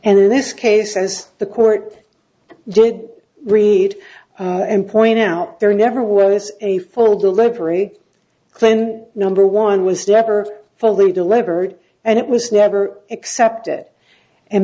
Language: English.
and in this case as the court did read and point out there never was a full delivery claimed number one was dead or fully delivered and it was never accept it and